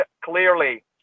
clearly